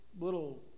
little